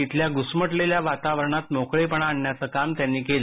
तिथल्या घूसमटलेल्या वातावरणात मोकळेपणा आणण्याचं काम त्यांनी केलं